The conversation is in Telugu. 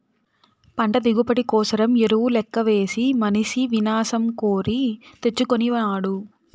పంట దిగుబడి కోసరం ఎరువు లెక్కవేసి మనిసి వినాశం కోరి తెచ్చుకొనినాడు